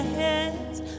hands